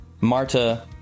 Marta